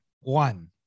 one